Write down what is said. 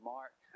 Mark